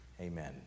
Amen